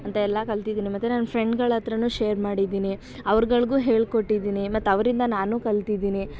ಅಂತ ಎಲ್ಲ ಕಲಿತಿದ್ದೀನಿ ಮತ್ತೆ ನನ್ನ ಫ್ರೆಂಡ್ಗಳ ಹತ್ರನೂ ಶೇರ್ ಮಾಡಿದ್ದೀನಿ ಅವ್ರುಗಳ್ಗೂ ಹೇಳಿಕೊಟ್ಟಿದ್ದೀನಿ ಮತ್ತು ಅವರಿಂದ ನಾನು ಕಲಿತಿದ್ದೀನಿ